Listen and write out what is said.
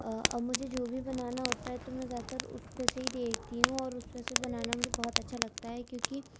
اور مجھے جو بھی بنانا ہوتا ہے تو میں زیادہ تر اس پہ سے ہی دیکھتی ہوں اور اس پہ سے بنانا مجھے بہت اچھا لگتا ہے کیونکہ